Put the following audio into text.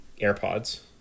airpods